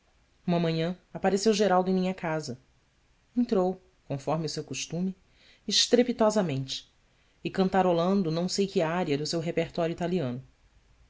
uma manhã apareceu geraldo em minha casa entrou conforme o seu costume estrepitosamente e cantarolando não sei que ária do seu repertório italiano